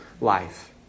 life